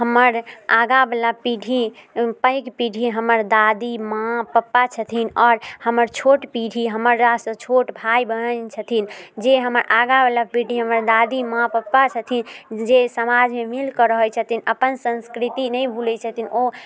हमर आगावला पीढ़ी पैघ पीढ़ी हमर दादी माँ पप्पा छथिन आओर हमर छोट पीढ़ी हमरासँ छोट भाय बहिन छथिन जे हमर आगावला पीढ़ी हमर दादी माँ पप्पा छथिन जे समाजमे मिलिकऽ रहै छथिन अपन संस्कृति नहि भूलै छथिन ओ